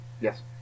Yes